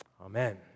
Amen